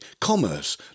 commerce